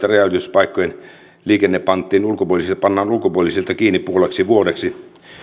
kansainvälisten rajanylityspaikkojen liikenne pannaan pannaan ulkopuolisilta kiinni puoleksi vuodeksi